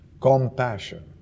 Compassion